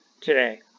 today